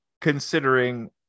considering